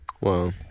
Wow